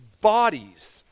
bodies